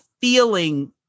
feeling